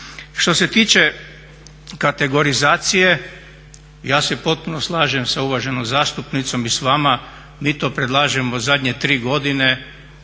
Što se tiče kategorizacije, ja se potpuno slažem s uvaženom zastupnicom i s vama, mi to predlažemo zadnje tri godine